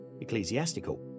ecclesiastical